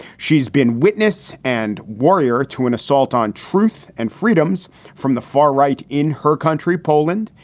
she's been witness and warrier to an assault on truth and freedoms from the far right in her country, poland,